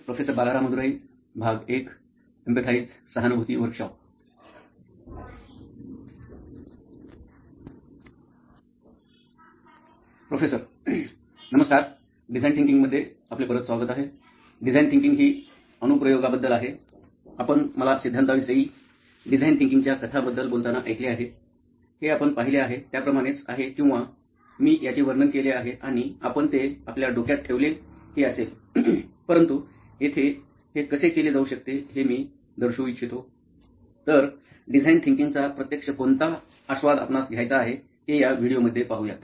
professor नमस्कार आणि design thinking मध्ये आपले परत स्वागत आहे डिझाईन थिंकिंग ही अनुप्रयोगाबद्दल आहे आपण मला सिद्धांताविषयी डिझाइन थिंकिंगच्या कथांबद्दल बोलताना ऐकले आहे हे आपण पाहिले आहे त्याप्रमाणेच आहे किंवा मी याचे वर्णन केले आहे आणि आपण ते आपल्या डोक्यात ठेवले हि असेल परंतु येथे हे कसे केले जाऊ शकते हे मी येथे दर्शवू इच्छितो तर डिझाईन थिंकिंग चा प्रत्यक्ष कोणता आस्वाद आपणास घायचा आहे हे या व्हिडिओ मध्ये पाहूयात